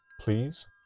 please